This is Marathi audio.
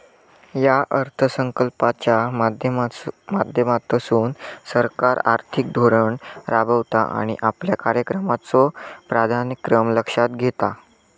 या अर्थसंकल्पाच्या माध्यमातसून सरकार आर्थिक धोरण राबवता आणि आपल्या कार्यक्रमाचो प्राधान्यक्रम लक्षात घेता